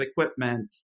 equipment